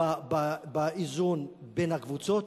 באיזון בין הקבוצות,